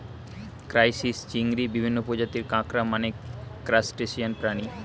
crisis, চিংড়ি, বিভিন্ন প্রজাতির কাঁকড়া মানে ক্রাসটেসিয়ান প্রাণী